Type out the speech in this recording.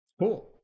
Cool